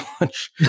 lunch